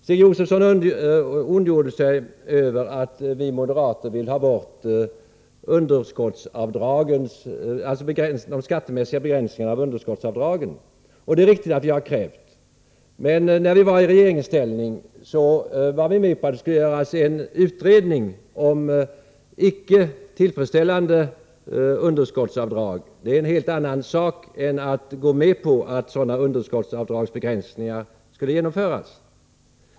Stig Josefson ondgjorde sig över att vi moderater vill ha bort de skattemässiga begränsningarna av underskottsavdragen. Det är riktigt att vi krävt det. När vi var i regeringsställning var vi med på att det skulle göras en utredning om icke tillfredsställande underskottsavdrag. Det är en helt annan sak än att gå med på att sådana begränsningar av underskottsavdragen skulle genomföras.